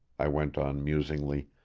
i went on musingly,